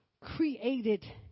created